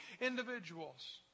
individuals